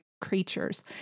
creatures